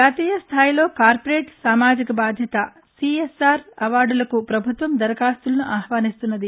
జాతీయ స్థాయిలో కార్పొరేట్ సామాజిక బాధ్యత సిఎస్ఆర్ అవార్డులకు ప్రభుత్వం దరఖాస్తులను ఆహ్వానిస్తున్నది